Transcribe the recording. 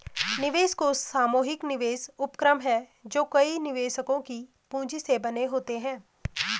निवेश कोष सामूहिक निवेश उपक्रम हैं जो कई निवेशकों की पूंजी से बने होते हैं